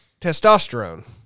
testosterone